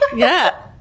yeah.